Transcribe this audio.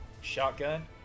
shotgun